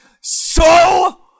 so-